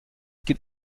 geht